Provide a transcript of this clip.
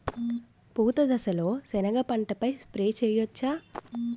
పూత దశలో సెనగ పంటపై స్ప్రే చేయచ్చా?